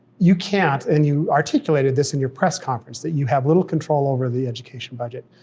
you can't, and you articulated this in your press conference, that you have little control over the education budget,